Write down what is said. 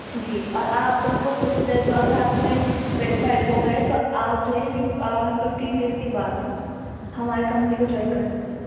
جی اور آپ اس کو پروسیزر جو اگر آپ نے ویریفائڈ ہوگئے تو آپ جو ہے فف ففٹین ڈیز کے بعد ہماری کمپنی کو جوائن کر سکتے ہیں